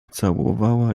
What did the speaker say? całowała